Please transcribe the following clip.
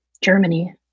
Germany